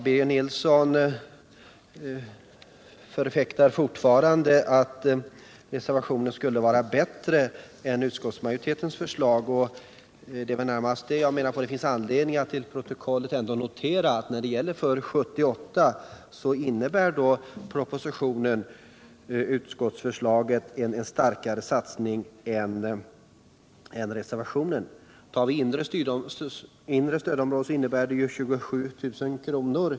Birger Nilsson förfäktar fortfarande att reservationen 2 skulle vara bättre än utskottsmajoritetens förslag. Därför finns det väl anledning att till protokollet notera att för 1978 innebär propositionens och utskottets förslag en starkare satsning än reservationens. För det inre stödområdet har vi 27 000 kr.